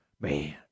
Man